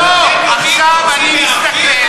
עכשיו אני מסתכל,